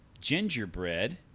gingerbread